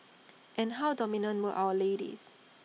and how dominant were our ladies